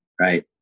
right